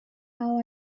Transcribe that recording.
how